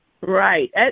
Right